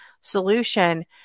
solution